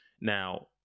Now